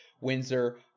Windsor